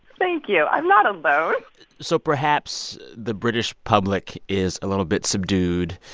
thank you. i'm not alone so perhaps the british public is a little bit subdued.